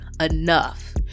enough